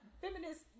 feminist